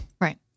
right